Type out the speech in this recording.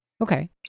Okay